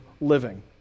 living